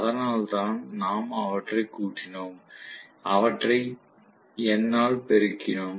அதனால்தான் நாம் அவற்றை கூட்டினோம் அவற்றை N ஆல் பெருக்கினோம்